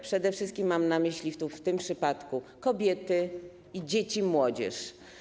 Przede wszystkim mam na myśli w tym przypadku kobiety i dzieci, młodzież.